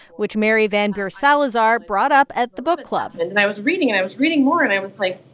which mary vander-salazar brought up at the book club and and i was reading, and i was reading more, and i was like,